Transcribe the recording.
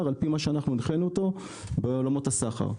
על פי מה שאנחנו אמרנו לו בעולמות הסחר,